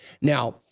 Now